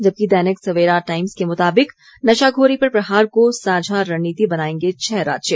जबकि दैनिक सवेरा टाइम्स के मुताबिक नशाखोरी पर प्रहार को साझा रणनीति बनाएंगे छह राज्य